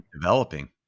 developing